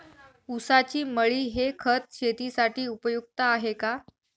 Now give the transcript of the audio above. ऊसाची मळी हे खत शेतीसाठी उपयुक्त आहे का?